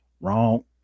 Wrong